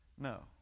No